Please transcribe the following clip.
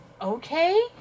Okay